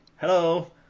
Hello